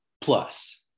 Plus